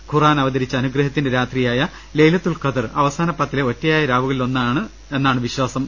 ഖുർആൻ അവതരിച്ച അനുഗ്രഹത്തിന്റെ രാത്രിയായ ലൈല ത്തുൽ ഖദ്ർ അവസാന പത്തിലെ ഒറ്റയായ രാവുകളിലെന്നാണ് വിശ്വാസം